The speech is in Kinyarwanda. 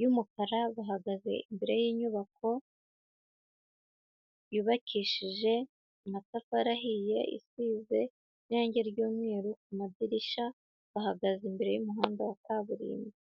y'umukara; bahagaze imbere y'inyubako yubakishije amatafari ahiye, isize n'irangi ry'umweru ku madirishya, bahagaze imbere y'umuhanda wa kaburimbo.